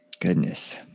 Goodness